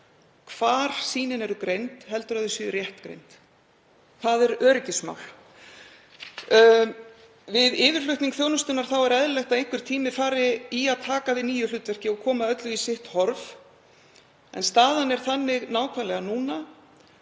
hvar sýnin eru greind heldur að þau séu rétt greind. Það er öryggismál. Við flutning þjónustunnar er eðlilegt að einhver tími fari í að taka við nýju hlutverki og koma öllu í sitt horf. En staðan er þannig nákvæmlega núna